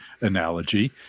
analogy